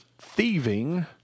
thieving